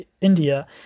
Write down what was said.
India